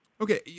Okay